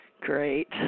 Great